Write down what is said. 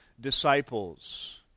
disciples